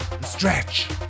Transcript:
Stretch